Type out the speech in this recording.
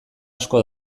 asko